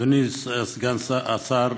אדוני סגן השר,